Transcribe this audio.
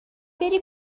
بری